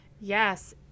Yes